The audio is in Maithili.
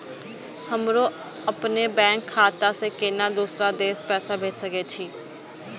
हमरो अपने बैंक खाता से केना दुसरा देश पैसा भेज सके छी?